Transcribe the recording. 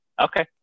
Okay